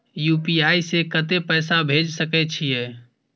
UPI से कत्ते पैसा भेज सके छियै?